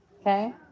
Okay